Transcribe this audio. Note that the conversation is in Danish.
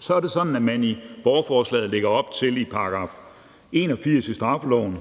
Så er det sådan, at man i borgerforslaget lægger op til at lave